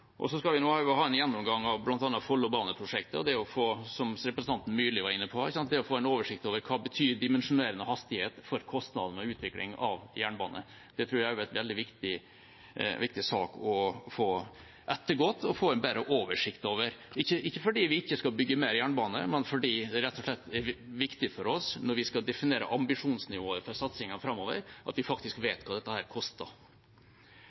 Så skal vi nå også ha en gjennomgang av bl.a. Follobaneprosjektet, og få, som representanten Myrli var inne på, få en oversikt over hva dimensjonerende hastighet betyr for kostnadene ved utvikling av jernbane. Det tror jeg også er en veldig viktig sak å få ettergått og en bedre oversikt over – ikke fordi vi ikke skal bygge mer jernbane, men fordi det rett og slett er viktig for oss når vi skal definere ambisjonsnivået for satsingen framover, at vi faktisk vet hva dette koster.